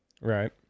Right